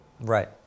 Right